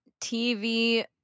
TV